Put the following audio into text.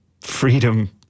freedom